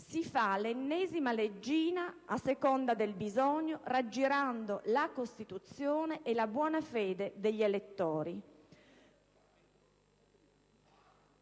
si fa l'ennesima leggina a seconda del bisogno, raggirando la Costituzione e la buona fede degli elettori.